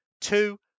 Two